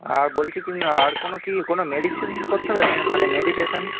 আর বলছি কী আর কোনো কি কোনো মেডিসিন করতে হবে মানে মেডিটেশন